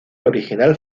original